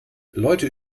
leute